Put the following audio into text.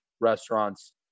restaurants